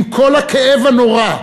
עם כל הכאב הנורא,